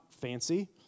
fancy